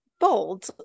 bold